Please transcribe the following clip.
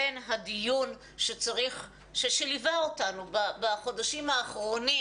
בין הדיון שליווה אותנו בחודשים האחרונים